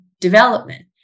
development